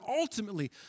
ultimately